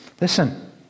listen